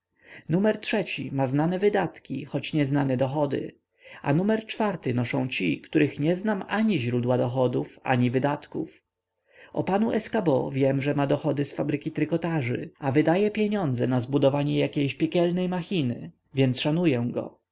numer trzeci ma znane wydatki choć nieznane dochody a numer czwarty noszą ci których nie znam ani źródła dochodów ani wydatków o panu escabeau wiem że ma dochody z fabryki trykotaży a wydaje pieniądze na zbudowanie jakiejś piekielnej broni więc szanuję go